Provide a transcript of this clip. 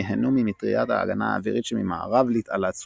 ייהנו ממטרית ההגנה האווירית שממערב לתעלת סואץ,